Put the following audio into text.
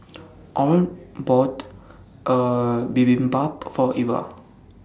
Oren bought Bibimbap For Eva